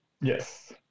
Yes